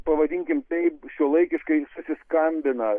pavadinkim taip šiuolaikiškai susiskambina